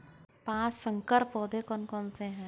पाँच संकर पौधे कौन से हैं?